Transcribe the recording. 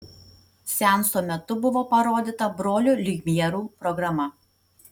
seanso metu buvo parodyta brolių liumjerų programa